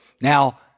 Now